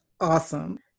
awesome